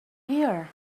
here